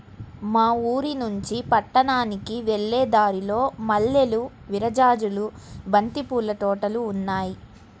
మా ఊరినుంచి పట్నానికి వెళ్ళే దారిలో మల్లెలు, విరజాజులు, బంతి పూల తోటలు ఉన్నాయ్